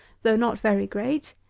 though not very great.